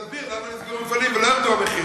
תסביר למה נסגרו מפעלים ולא ירדו מחירים.